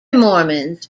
mormons